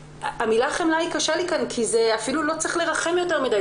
המילה חמלה קשה לי כאן כי אפילו לא צריך לרחם יותר מידי.